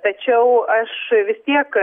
tačiau aš vis tiek